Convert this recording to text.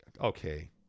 Okay